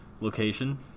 location